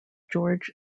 george